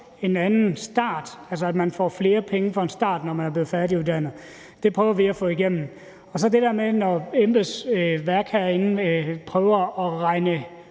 en anden start, altså at man får flere penge i starten, når man er blevet færdiguddannet. Det prøver vi at få igennem. Og så er der det der med, at embedsværket herinde prøver at regne